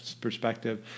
perspective